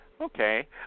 Okay